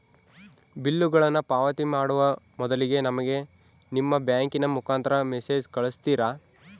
ಬಿಲ್ಲುಗಳನ್ನ ಪಾವತಿ ಮಾಡುವ ಮೊದಲಿಗೆ ನಮಗೆ ನಿಮ್ಮ ಬ್ಯಾಂಕಿನ ಮುಖಾಂತರ ಮೆಸೇಜ್ ಕಳಿಸ್ತಿರಾ?